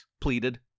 pleaded